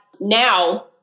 now